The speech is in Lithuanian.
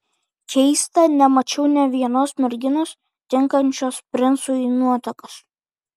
keista nemačiau nė vienos merginos tinkančios princui į nuotakas